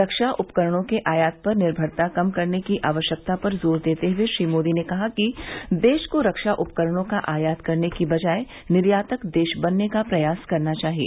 रक्षा उपकरणों के आयात पर निर्भरता कम करने की आवश्यकता पर जोर देते हुए श्री मोदी ने कहा कि देश को रक्षा उपकरणों का आयात करने की बजाय निर्यातक देश बनने का प्रयास करना चाहिए